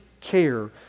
care